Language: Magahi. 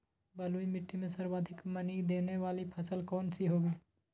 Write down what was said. बलुई मिट्टी में सर्वाधिक मनी देने वाली फसल कौन सी होंगी?